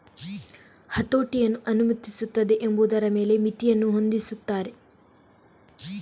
ಹತೋಟಿಯನ್ನು ಅನುಮತಿಸುತ್ತದೆ ಎಂಬುದರ ಮೇಲೆ ಮಿತಿಯನ್ನು ಹೊಂದಿಸುತ್ತದೆ